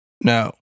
No